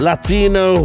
Latino